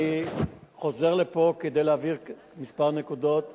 אני חוזר לפה כדי להבהיר נקודות מספר,